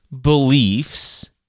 beliefs